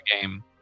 game